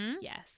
yes